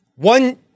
One